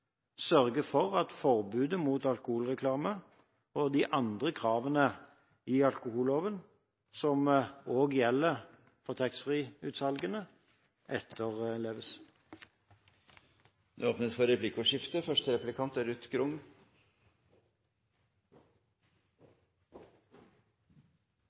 for at forbudet mot alkoholreklame og de andre kravene i alkoholloven som også gjelder for taxfree-utsalgene, etterleves. Det blir replikkordskifte.